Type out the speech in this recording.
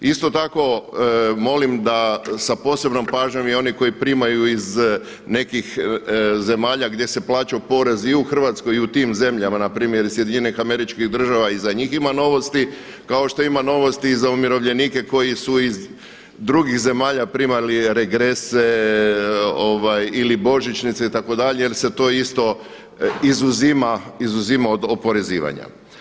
Isto tako molim da sa posebnom pažnjom i oni koji primaju iz nekih zemalja gdje se plaća porez i u Hrvatskoj i u tim zemljama, npr. u SAD i za njih ima novosti kao što ima novosti za umirovljenike koji su iz drugih zemalja primali regrese ili božićnice jel se to isto izuzima od oporezivanja.